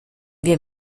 wir